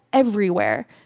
everywhere.